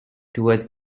towards